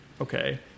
okay